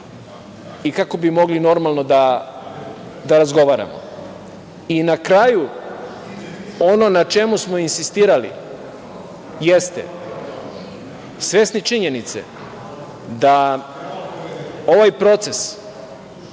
i kako bi mogli normalno da razgovaramo. Na kraju ono na čemu smo insistirali jeste, svesni činjenice da ovaj proces